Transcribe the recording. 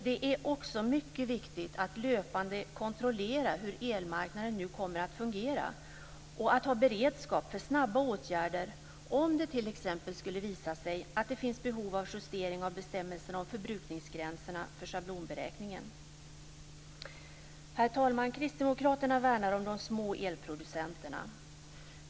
Det är också mycket viktigt att löpande kontrollera hur elmarknaden nu kommer att fungera och att ha beredskap för snabba åtgärder om det t.ex. skulle visa sig att det finns behov av justering av bestämmelserna om förbrukningsgränserna för schablonberäkningen. Herr talman! Kristdemokraterna värnar om de små elproducenterna.